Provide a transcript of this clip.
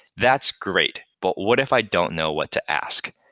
that's great, but what if i don't know what to ask?